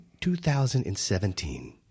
2017